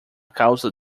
causa